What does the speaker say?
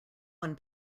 one